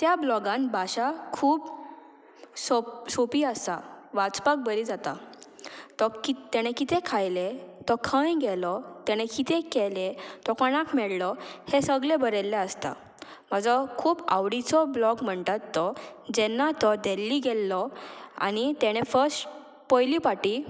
त्या ब्लॉगान भाशा खूब सोप सोंपी आसा वाचपाक बरी जाता तो तेणें कितें खायलें तो खंय गेलो तेणें कितें केलें तो कोणाक मेळ्ळो हें सगलें बरयल्लें आसता म्हाजो खूब आवडीचो ब्लॉग म्हणटात तो जेन्ना तो देल्ली गेल्लो आनी तेणे फर्स्ट पयली फाटी